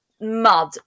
mud